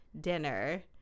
dinner